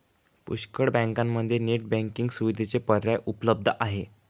पुष्कळ बँकांमध्ये net banking सुविधेचा पर्याय उपलब्ध आहे